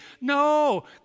No